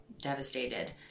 devastated